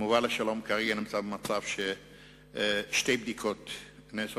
מובל השלום כרגע נמצא במצב ששתי בדיקות נעשות